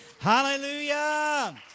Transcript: Hallelujah